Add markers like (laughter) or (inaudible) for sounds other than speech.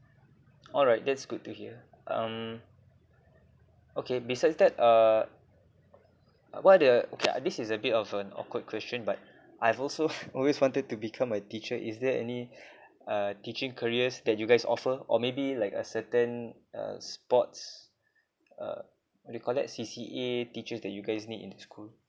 alright that's good to hear um okay besides that uh uh what are the okay uh this is a bit of an awkward question but I've also (breath) always wanted to become a teacher is there any (breath) uh teaching careers that you guys offer or maybe like a certain uh sports uh what do you call that C_C_A teachers that you guys need in school